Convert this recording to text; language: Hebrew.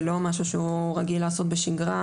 זה לא משהו שהוא רגיל לעשות בשגרה.